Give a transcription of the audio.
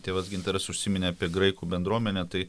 tėvas gintaras užsiminė apie graikų bendruomenę tai